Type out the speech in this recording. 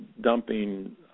dumping